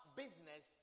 business